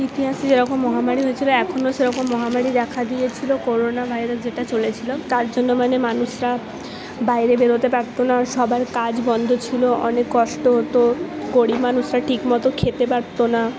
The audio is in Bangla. ইতিহাসে যখন মহামারী হয়েছিলো এখনো সেরকম মহামারী দেখা দিয়েছিলো করোনা ভাইরাস যেটা চলেছিলো তার জন্য মানে মানুষরা বাইরে বেরোতে পারতো না সবার কাজ বন্ধ ছিল অনেক কষ্ট হত গরিব মানুষরা ঠিকমতো খেতে পারতো না